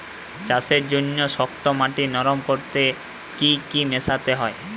চাষের জন্য শক্ত মাটি নরম করতে কি কি মেশাতে হবে?